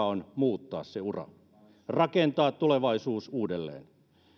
on muuttaa se ura rakentaa tulevaisuus uudelleen